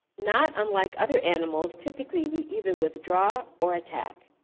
not unlike other animals, typically we either withdraw, or attack.